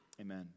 Amen